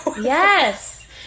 Yes